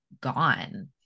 gone